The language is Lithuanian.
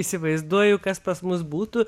įsivaizduoju kas pas mus būtų